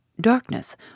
Darkness